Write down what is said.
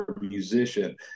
musician